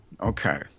Okay